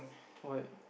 what